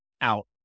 out